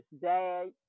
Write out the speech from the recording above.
dad